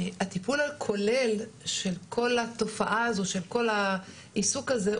הטיפול הכולל בכל התופעה הזאת והעיסוק הזה,